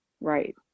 Right